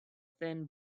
thin